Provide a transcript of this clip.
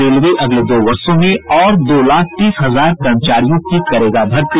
railway अगले दो वर्षों में और दो लाख तीस हजार कर्मचारियों की करेगा भर्ती